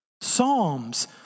Psalms